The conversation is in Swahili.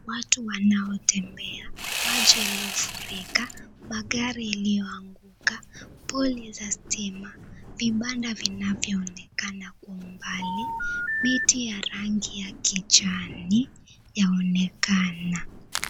Watu wanaotembea, maji iliyofurika, magari iliyoanguka, poli za stima, vibanda vinavyonekana kwa umbali, miti ya rangi ya kijani yaonekana.